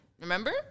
remember